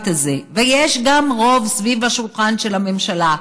הזה ויש גם רוב סביב השולחן של הממשלה,